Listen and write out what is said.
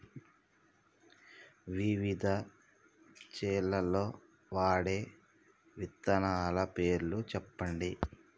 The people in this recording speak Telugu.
వివిధ చేలల్ల వాడే విత్తనాల పేర్లు చెప్పండి?